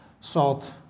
salt